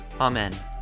Amen